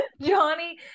johnny